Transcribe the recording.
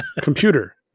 computer